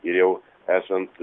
ir jau esant